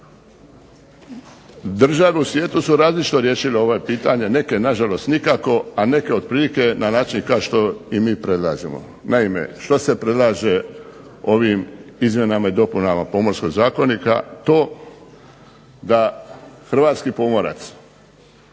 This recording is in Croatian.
Države u svijetu su različito riješile ovo pitanje, neke na žalost nikako, a neke otprilike na način kao što mi predlažemo. Naime, što se predlaže ovim izmjenama i dopunama Pomorskog zakonika, to da Hrvatski pomorac